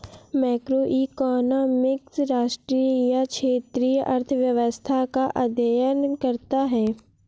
macroeconomics राष्ट्रीय या क्षेत्रीय अर्थव्यवस्था का अध्ययन करता है